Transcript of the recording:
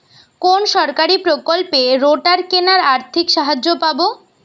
কোন সরকারী প্রকল্পে রোটার কেনার আর্থিক সাহায্য পাব?